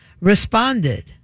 responded